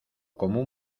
como